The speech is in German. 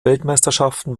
weltmeisterschaften